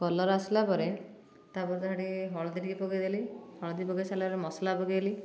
colour ଆସିଲା ପରେ ତା ଉପରେ ଟିକେ ହଳଦୀ ଟିକେ ପକେଇଦେଲି ହଳଦୀ ପକେଇ ସାରିଲା ପରେ ମସଲା ପକେଇଲି